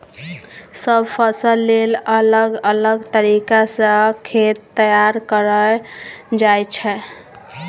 सब फसल लेल अलग अलग तरीका सँ खेत तैयार कएल जाइ छै